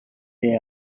they